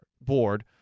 board